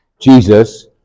Jesus